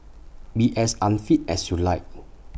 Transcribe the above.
be as unfit as you like